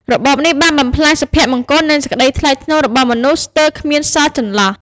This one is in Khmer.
របបនេះបាន បំផ្លាញសុភមង្គលនិងសេចក្តីថ្លៃថ្នូររបស់មនុស្ស ស្ទើរគ្មានសល់ចន្លោះ ។